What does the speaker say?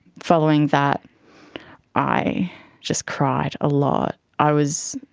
following that i just cried a lot. i was,